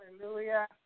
Hallelujah